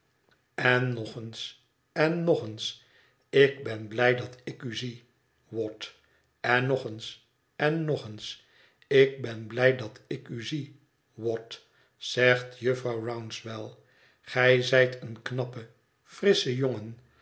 en nog eens en nog eens ik ben blij dat ik u zie watt en nog ééns en nog eens ik ben blij dat ik u zie watt zegt jufvrouw rouncewell ge zijt een knappe frissche jongen